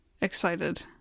excited